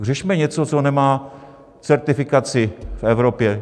Řešíme něco, co nemá certifikaci v Evropě.